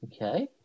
Okay